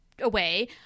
away